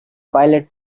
pilot